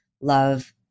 love